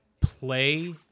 play